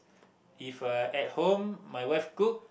if I at home my wife cook